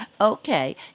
Okay